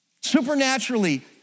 Supernaturally